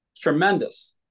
tremendous